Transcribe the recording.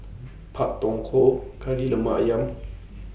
Pak Thong Ko Kari Lemak Ayam